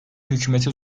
hükümeti